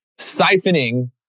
siphoning